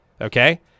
okay